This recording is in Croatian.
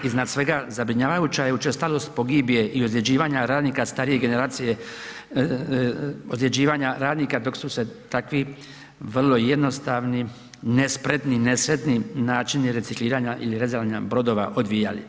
Iznad svega, zabrinjavajuća je učestalost pogibije i ozljeđivanja radnika starije generacija, ozljeđivanja radnika dok su se takvi vrlo jednostavni, nespretni, nesretni načini recikliranja ili rezanja brodova odvijali.